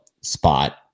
spot